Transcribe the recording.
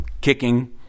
kicking